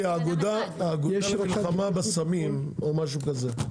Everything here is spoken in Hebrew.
האגודה למלחמה בסמים או משהו כזה,